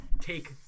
Take